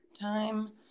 time